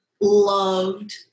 loved